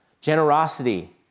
generosity